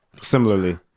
similarly